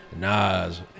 Nas